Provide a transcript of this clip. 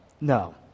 No